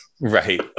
right